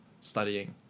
studying